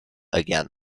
again